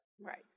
Right